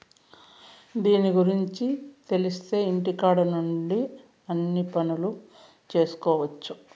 దీని గురుంచి తెలిత్తే ఇంటికాడ నుండే అన్ని పనులు చేసుకొవచ్చు